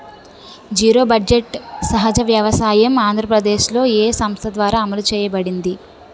Zero budget సహజ వ్యవసాయం ఆంధ్రప్రదేశ్లో, ఏ సంస్థ ద్వారా అమలు చేయబడింది?